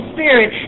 Spirit